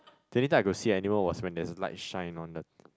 the only time I could see animal was when there's a light shine on the